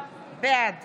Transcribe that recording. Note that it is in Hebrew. בעד